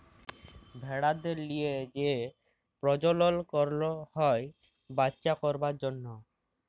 ভেড়াদের লিয়ে যে পরজলল করল হ্যয় বাচ্চা করবার জনহ